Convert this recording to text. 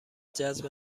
جذب